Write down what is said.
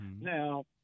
now